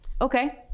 okay